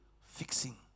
fixing